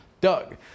Doug